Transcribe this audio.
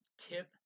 tip